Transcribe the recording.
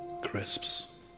crisps